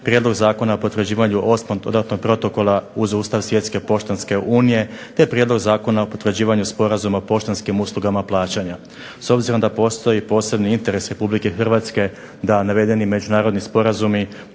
Prijedlog zakona o potvrđivanju Osmog dodatnog protokola uz Ustav Svjetske poštanske unije te Prijedlog zakona o potvrđivanju Sporazuma o poštanskim uslugama plaćanja. S obzirom da postoji posebni interes Republike Hrvatske da navedeni međunarodni sporazumi